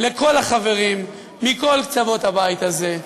לכל החברים מכל קצוות הבית הזה.